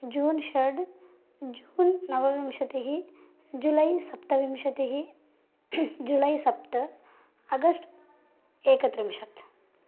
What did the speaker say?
जून् षड् जून् नवविंशतिः जुलै सप्तविंशतिः जुलै सप्त आगस्ट् एकत्रिंशत्